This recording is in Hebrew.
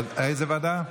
איזו ועדה?